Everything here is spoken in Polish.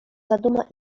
zaduma